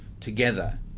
together